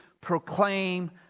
proclaim